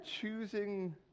Choosing